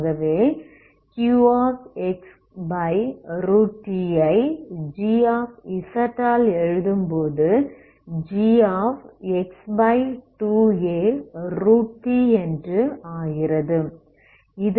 ஆகவே qxt ஐ gz ஆல் எழுதும்போது gx2αt என்று ஆகிறது